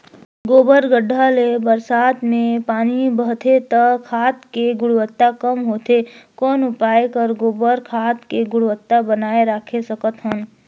गोबर गढ्ढा ले बरसात मे पानी बहथे त खाद के गुणवत्ता कम होथे कौन उपाय कर गोबर खाद के गुणवत्ता बनाय राखे सकत हन?